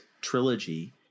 trilogy